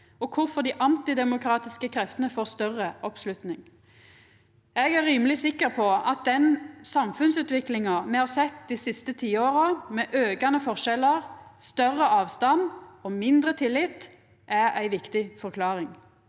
og kvifor dei antidemokratiske kreftene får større oppslutning. Eg er rimeleg sikker på at den samfunnsutviklinga me har sett dei siste tiåra, med aukande forskjellar, større avstand og mindre tillit, er ei viktig forklaring.